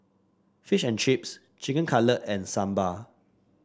Fish and Chips Chicken Cutlet and Sambar